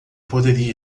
poderia